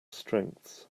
strengths